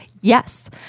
Yes